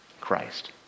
Christ